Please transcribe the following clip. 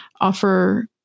offer